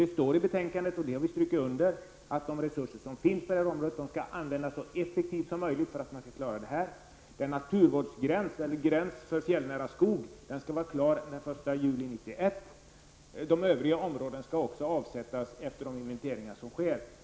Det står i betänkandet -- och det har vi strukit under -- att de resurser som finns på detta område skall användas så effektivt som möjligt så att man kan klara detta. En naturvårdsgräns eller en gräns för fjällnära skog skall vara klar den 1 juli 1991, och de övriga områdena skall också avsättas efter de inventeringar som sker.